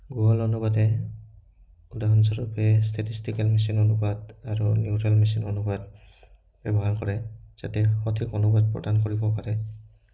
Gogol অনুবাদে উদাহৰণস্বৰূপে statistical machine অনুবাদ আৰু নিউট্ৰেল মেচিন অনুবাদ ব্যৱহাৰ কৰে যাতে সঠিক অনুবাদ প্ৰদান কৰিব পাৰে